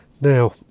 now